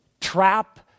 trap